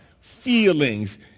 feelings